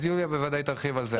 אז יוליה בוודאי תרחיב על זה.